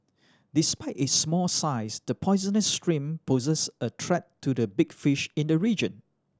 despite its small size the poisonous shrimp poses a threat to the big fish in the region